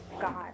God